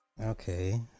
Okay